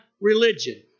religion